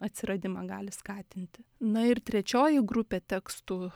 atsiradimą gali skatinti na ir trečioji grupė tekstų